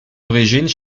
origines